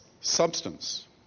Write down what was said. substance